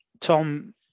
Tom